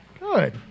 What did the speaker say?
Good